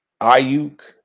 Ayuk